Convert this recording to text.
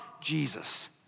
Jesus